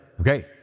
Okay